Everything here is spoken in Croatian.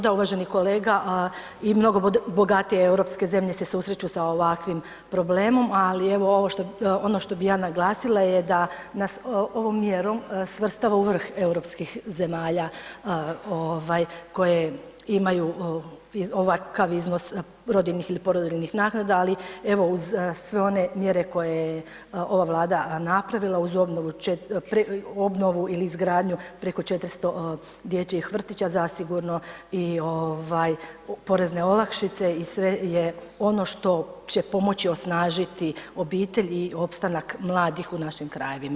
Da, uvaženi kolega i mnogo bogatije europske zemlje se susreću sa ovakvim problemom, ali evo ono što bi, ono što bi ja naglasila je da nas ovom mjerom svrstava u vrh europskih zemalja ovaj koje imaju ovakav iznos rodiljnih ili porodiljnih naknada, ali evo uz sve one mjere koje je ova Vlada napravila, uz obnovu ili preko 400 dječjih vrtića zasigurno i ovaj porezne olakšice i sve je ono što će pomoći osnažiti obitelj i opstanak mladih u našim krajevima.